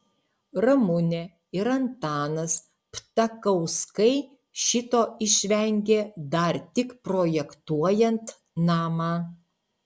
ramunė ir antanas ptakauskai šito išvengė dar tik projektuojant namą